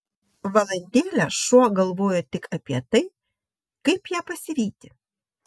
valandėlę šuo galvojo tik apie tai kaip ją pasivyti